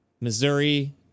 Missouri